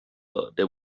there